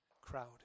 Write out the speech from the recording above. crowd